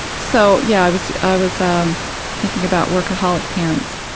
so, yeah i was i was um thinking about workaholic parents,